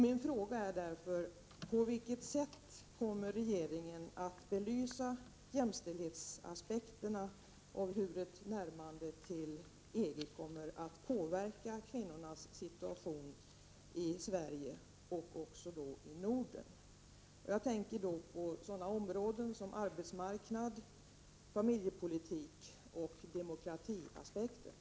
Min fråga är därför: På vilket sätt kommer regeringen att belysa jämställdhetsaspekterna av hur ett närmande till EG kommer att påverka kvinnornas situation i Sverige och också i övriga Norden? Jag tänker på sådana områden som arbetsmarknadsoch familjepolitik — och demokratiaspekten.